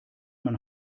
man